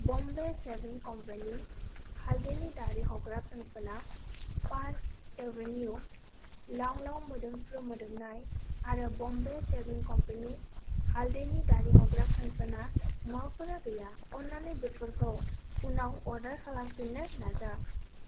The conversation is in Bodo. बम्बे शेविं कम्पेनि हालदैनि दारि हग्रा फेंफोना पार्क एवेनिउ लावलाव मोदोमफ्रु मोदोमनाय आरो बम्बे शेविं कम्पेनि हालदैनि दारि हग्रा फेंफोना मुवाफोरा गैया अन्नानै बेफोरखौ उनाव अर्डार खालामफिन्नो नाजा